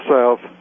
South